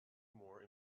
more